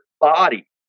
body